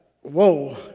whoa